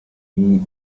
die